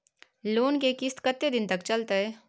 Loan के किस्त कत्ते दिन तक चलते?